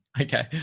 Okay